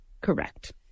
Correct